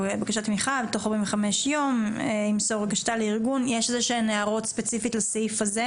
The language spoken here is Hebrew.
יחליט בבקשת תמיכה של ארגון למען בעלי חיים כאמור בסעיף קטן